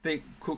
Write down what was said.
steak cook